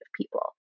people